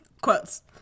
quotes